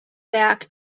back